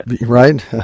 right